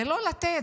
זה לא לתת,